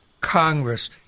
Congress